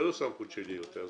זו לא סמכות שלי יותר,